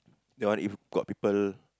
that one if got people